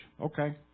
Okay